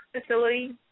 facility